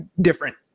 different